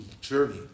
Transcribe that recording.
journey